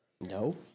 No